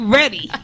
ready